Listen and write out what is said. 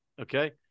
Okay